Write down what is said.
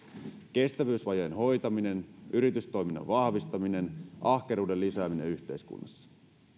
kestävyysvajeen hoitaminen yritystoiminnan vahvistaminen ahkeruuden lisääminen yhteiskunnassa